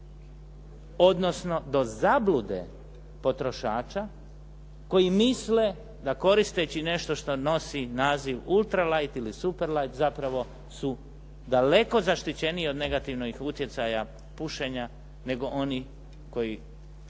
odnosno do zablude potrošača koji misle da koristeći nešto što nosi naziv ultra light, ili super light zapravo su daleko zaštićeniji od negativnih utjecaja pušenja, nego onih koji